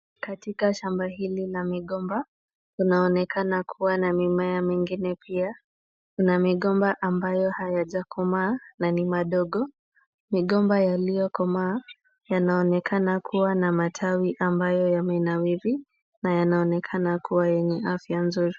Katika shamba hili la migomba, linaonekana kuwa na mimea mingine pia. Kuna migomba ambayo hayajakomaa na ni madogo. Migomba yaliyokomaa yanaonekana kuwa na matawi ambayo yamenawiri na yanaonekana kuwa yenye afya nzuri.